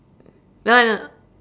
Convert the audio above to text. oh I know